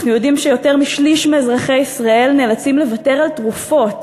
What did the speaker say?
אנחנו יודעים שיותר משליש מאזרחי ישראל נאלצים לוותר על תרופות